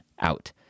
out